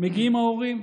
מגיעים ההורים,